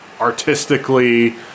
artistically